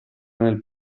nel